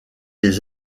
des